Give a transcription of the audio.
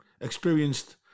experienced